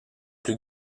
plus